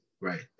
right